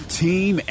team